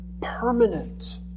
permanent